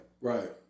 Right